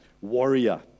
warrior